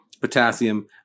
potassium